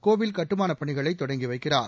கோவில் கட்டுமானப் பணிகளை தொடங்கிவைக்கிறார்